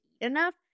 enough